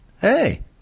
Hey